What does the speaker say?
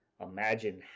imagine